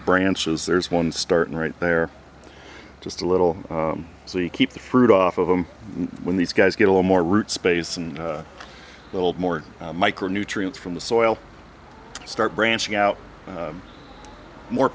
branches there's one start right there just a little so you keep the fruit off of them when these guys get a lot more root space and a little more micronutrients from the soil start branching out more